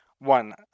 One